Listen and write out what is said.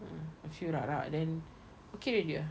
mmhmm a few rak-rak then okay already ah